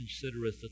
considereth